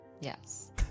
Yes